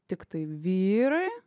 tiktai vyrai